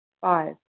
Five